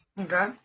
Okay